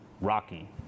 Rocky